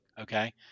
okay